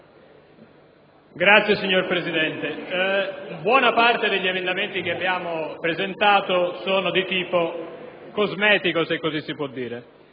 *(PD)*. Signor Presidente, buona parte degli emendamenti che abbiamo presentato sono di tipo cosmetico, se così si può dire.